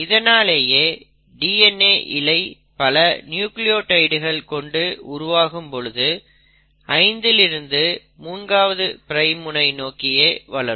இதனாலேயே DNA இழை பல நியூக்ளியோடைடுகள் கொண்டு உருவாகும் பொழுது 5 இல் இருந்து 3 ஆவது பிரைம் முனை நோக்கியே வளரும்